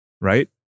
right